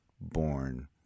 born